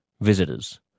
visitors